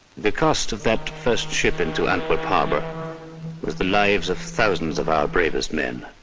the cost of that first ship into antwerp harbor was the lives of thousands of our bravest men.